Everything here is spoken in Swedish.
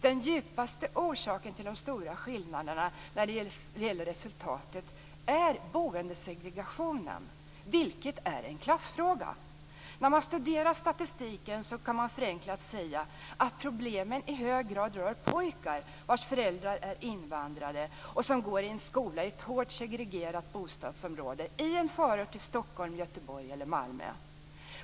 Den djupaste orsaken till de stora skillnaderna när det gäller resultatet är boendesegregationen, vilken är en klassfråga. När man studerar statistiken kan man förenklat säga att problemen i hög grad rör pojkar vars föräldrar är invandrare och som går i en skola i ett hårt segregerat bostadsområde i en förort till Stockholm, Göteborg eller Malmö.